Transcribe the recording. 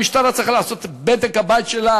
המשטרה צריכה לעשות את בדק-הבית שלה,